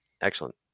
excellent